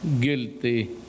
guilty